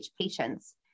patients